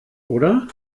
oder